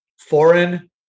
foreign